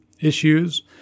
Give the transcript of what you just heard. issues